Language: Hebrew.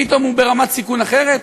פתאום הוא ברמת סיכון אחרת?